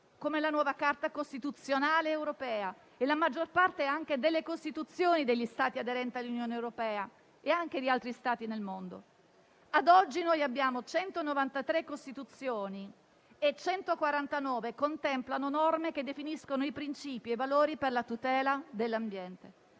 come la nuova Carta costituzionale europea e anche la maggior parte delle Costituzioni degli Stati aderenti all'Unione europea e anche di altri Stati nel mondo. Ad oggi abbiamo 193 Costituzioni e 149 contemplano norme che definiscono i principi e i valori per la tutela dell'ambiente.